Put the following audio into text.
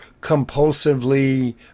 compulsively